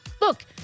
look